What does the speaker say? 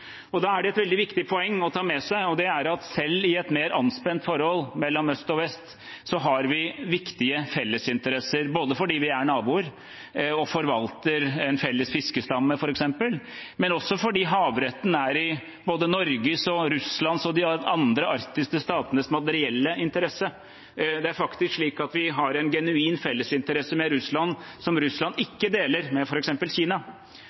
Da er det et veldig viktig poeng å ta med seg at selv i et mer anspent forhold mellom øst og vest har vi viktige fellesinteresser, både fordi vi er naboer og forvalter en felles fiskestamme, f.eks., og fordi havretten er i både Norges, Russlands og de andre arktiske statenes materielle interesse. Det er faktisk slik at vi har en genuin fellesinteresse med Russland som Russland ikke deler med f.eks. Kina.